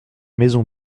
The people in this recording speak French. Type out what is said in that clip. maison